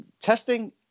Testing